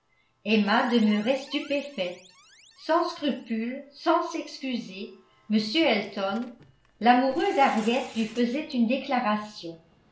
emma demeurait stupéfaite sans scrupules sans s'excuser m elton l'amoureux d'harriet lui faisait une déclaration